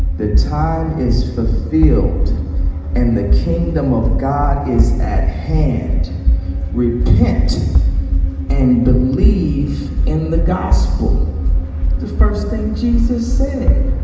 the time is fulfilled and the kingdom of god is hand repent and believe in the gospel the first thing jesus said